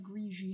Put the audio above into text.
Grigio